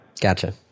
Gotcha